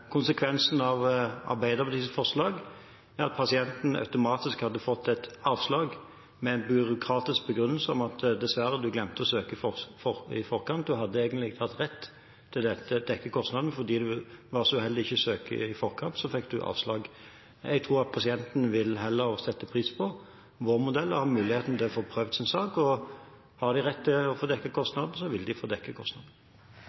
Konsekvensen av Arbeiderpartiets forslag er at pasienten automatisk hadde fått et avslag, med en byråkratisk begrunnelse om at dessverre, du glemte å søke i forkant, du hadde egentlig hatt rett til å få dekket kostnaden, men fordi du var så uheldig å ikke søke i forkant, fikk du avslag. Jeg tror at pasienten heller vil sette pris på vår modell: å ha muligheten til å få prøvd sin sak, og har en rett til å få dekket